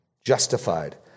justified